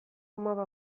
mapa